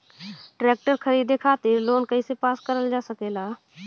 Tractor खरीदे खातीर loan कइसे पास करल जा सकेला?